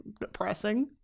depressing